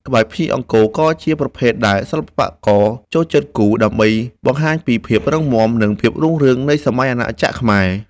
ក្បាច់ភ្ញីអង្គរ ក៏ជាប្រភេទដែលសិល្បករចូលចិត្តគូរ ដើម្បីបង្ហាញពីភាពរឹងមាំ និងភាពរុងរឿងនៃសម័យអាណាចក្រខ្មែរ។